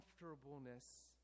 comfortableness